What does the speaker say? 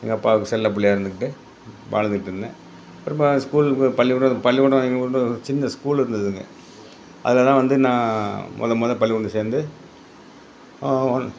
எங்கள் அப்பாவுக்கு செல்ல புள்ளையாக இருந்துகிட்டு வாழ்ந்துட்டுருந்தேன் திரும்ப ஸ்கூல்லுக்கு போக பள்ளிகூடம் பள்ளிக்கூடம் எங்கூரில் சின்ன ஸ்கூல் இருந்துதுங்க அதில் தான் வந்து நான் முத முத பள்ளிக்கூடம் சேர்ந்து